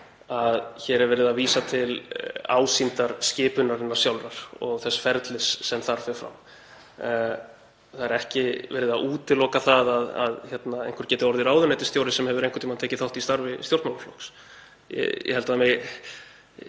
að hér er verið að vísa til ásýndar skipunarinnar sjálfrar og þess ferlis sem þar fer fram. Það er ekki verið að útiloka það að einhver geti orðið ráðuneytisstjóri sem hefur einhvern tímann tekið þátt í starfi stjórnmálaflokks. Ég held að það sé